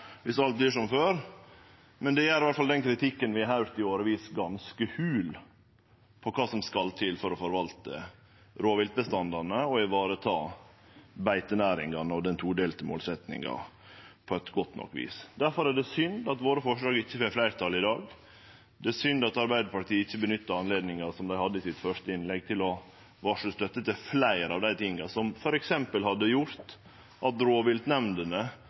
alt vert som før, men det gjer i alle fall kritikken vi har høyrt i årevis, ganske hol når det gjeld kva som skal til for å forvalte rovviltbestandane, vareta beitenæringa og nå den todelte målsetjinga på godt nok vis. Difor er det synd at forslaga våre ikkje får fleirtal i dag. Det er synd at Arbeidarpartiet ikkje nytta moglegheita dei hadde i det første innlegget sitt, til å varsle støtte til fleire av dei tinga som f.eks. hadde gjort at